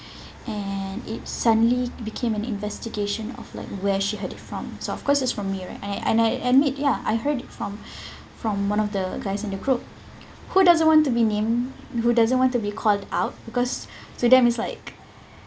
and it suddenly became an investigation of like where she heard it from so of course it's from me right and I and I admit ya I heard it from from one of the guys in the group who doesn't want to be named who doesn't want to be called out because to them it's like